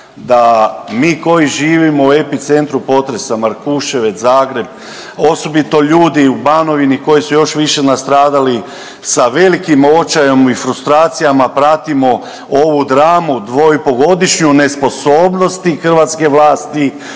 da mi koji živimo u epicentru potresa Markuševec, Zagreb, osobito ljudi u Banovini koji su još više nastradali sa velikim očajem i frustracijama pratimo ovu dramu 2,5-godišnju nesposobnosti hrvatske vlasti